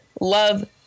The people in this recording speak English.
love